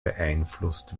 beeinflusst